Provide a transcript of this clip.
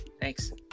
Thanks